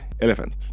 elephant